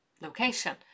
location